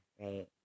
right